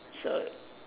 so